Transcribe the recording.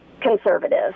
conservative